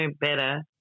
better